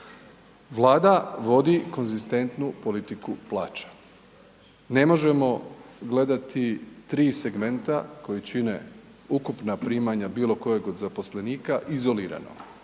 Vlada vodi konzistentnu politiku plaća, ne možemo gledati tri segmenta koji čine ukupna primanja bilo kojeg od zaposlenika izolirana.